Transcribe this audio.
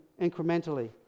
incrementally